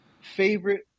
Favorite